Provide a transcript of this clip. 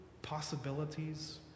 possibilities